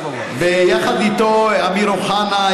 ויחד איתו אמיר אוחנה,